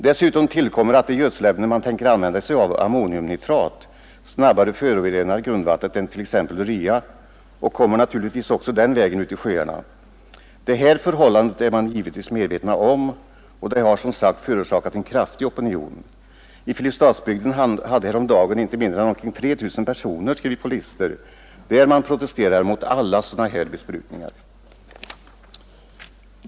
Dessutom tillkommer att det gödselämne man tänker använda — ammoniumnitrat — snabbare förorenar grundvattnet än t.ex. urea, och det kommer naturligtvis också den vägen ut i sjöarna. Detta förhållande är man givetvis medveten om, och det har som sagt förorsakat en kraftig opinion. I Filipstadsbygden hade häromdagen inte mindre än omkring 3 000 personer skrivit på listor där man protesterar mot alla sådana här besprutningar.